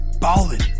ballin